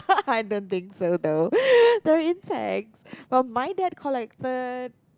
I don't think so though they are insect while my dad collected